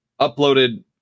uploaded